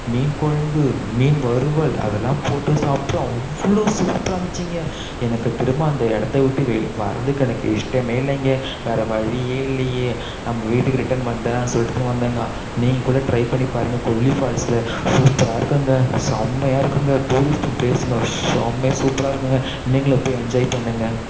மீன் குழம்பு மீன் வறுவல் அதெல்லாம் போட்டு சாப்பிட்டோம் அவ்வளோ சூப்பராக இருந்துச்சுங்க எனக்கு திரும்ப அந்த இடத்தவுட்டு வெ வரதுக்கு எனக்கு இஷ்டமே இல்லேங்க வேறு வழியே இல்லையே நம்ம வீட்டுக்கு ரிட்டர்ன் வந்துறலாம் சொல்லிவிட்டு திரும்ப வந்தேங்க நீங்கள் கூட ட்ரை பண்ணிப்பாருங்க கொல்லி ஃபால்ஸில் சூப்பராக இருக்குங்க செம்மையாக இருக்குங்க டூரிஸ்ட்டு ஃப்ளேஸ்ங்க செம்மையாக சூப்பராக இருக்குங்க நீங்களும் போய் என்ஜாய் பண்ணுங்கள்